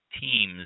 teams